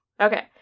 Okay